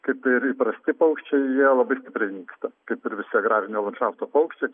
kaip ir įprasti paukščiai jie stipriai dingsta kaip ir visi agrarinio landšafto paukščiai